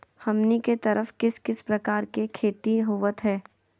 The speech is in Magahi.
हमनी के तरफ किस किस प्रकार के खेती होवत है?